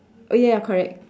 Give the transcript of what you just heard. oh ya ya correct